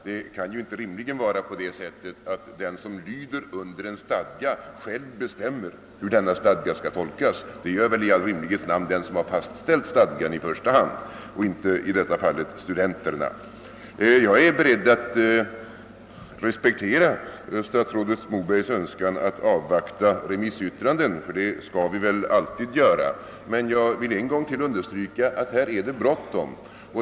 Det kan ju inte rimligen vara på det sättet att den som har att rätta sig efter en stadga själv skall få bestämma hur denna stadga skall tolkas, utan det är väl i all rimlighets namn den som har fastställt stadgan som i första hand skall göra det och inte, som i detta fall har skett, studenterna. Jag är beredd att respektera statsrådet Mobergs önskan att avvakta remissyttranden, ty det skall vi alltid göra. Men jag vill ännu en gång understryka att det är bråttom.